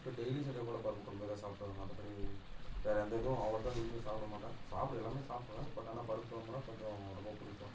பருப்பு டெய்லியும் செஞ்சால்கூட பருப்பு குழம்பேதான் சாப்பிடுவேன் மற்றப்படி வேறே எந்த இதுவும் அவ்வளோக்கா விரும்பி சாப்பிட மாட்டேன் சாப்பிடுவேன் எல்லாமே சாப்பிடுவேன் பட் ஆனால் பருப்பு குழம்புன்னா கொஞ்சம் ரொம்ப பிடிக்கும்